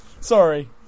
Sorry